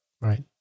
Right